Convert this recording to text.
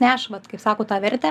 neša vat kaip sako tą vertę